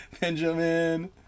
Benjamin